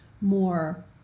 more